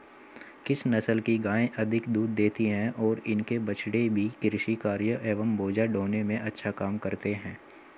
किस नस्ल की गायें अधिक दूध देती हैं और इनके बछड़े भी कृषि कार्यों एवं बोझा ढोने में अच्छा काम करते हैं?